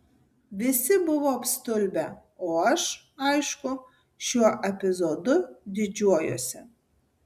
visi buvo apstulbę o aš aišku šiuo epizodu didžiuojuosi